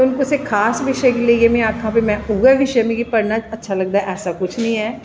ते कुसै खास बिशे गी लेईयै में आखां ते उऐ बिशे मिगी पढ़नां अच्छा लगदा ऐसा कुश नी ऐ